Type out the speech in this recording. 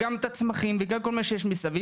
גם את הצמחים וגם את כל מה שיש מסביב,